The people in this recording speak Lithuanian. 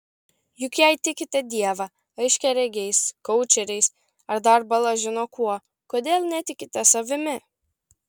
juk jei tikite dievą aiškiaregiais koučeriais ar dar bala žino kuo kodėl netikite savimi